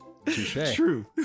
True